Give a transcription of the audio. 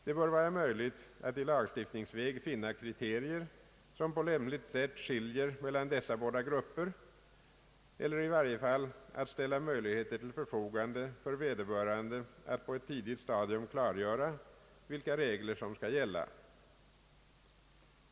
Det bör vara möjligt att lagstiftningsvägen finna kriterier, som på lämpligt sätt skiljer mellan dessa båda grupper eller i varje fall att ställa möjligheter till förfogande för vederbörande att på ett tidigt stadium klargöra, vilka regler som skall gälla.